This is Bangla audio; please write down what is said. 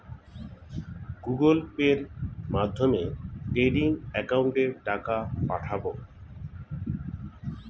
গুগোল পের মাধ্যমে ট্রেডিং একাউন্টে টাকা পাঠাবো?